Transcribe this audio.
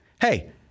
hey